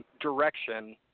direction